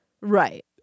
Right